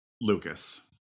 Lucas